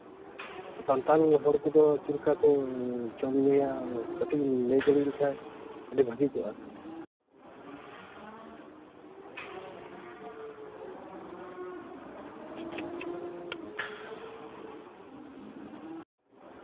ᱥᱟᱱᱛᱟᱲ ᱦᱚᱲ ᱠᱚᱫᱚ ᱪᱮᱫ ᱞᱮᱠᱟᱠᱚ ᱡᱚᱢ ᱧᱩᱭᱟ ᱠᱟᱹᱴᱤᱡ ᱮᱢ ᱞᱟᱹᱭ ᱫᱟᱲᱮᱭᱟᱹᱧ ᱠᱷᱟᱱ ᱟᱹᱰᱤ ᱵᱷᱟᱹᱜᱤ ᱠᱚᱜᱼᱟ